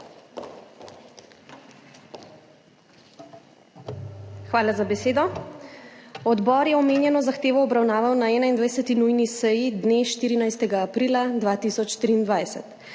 Hvala za besedo. Odbor je omenjeno zahtevo obravnaval na 21. nujni seji dne 14. aprila 2023,